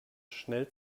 schnell